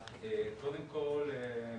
קודם כול,